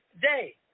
day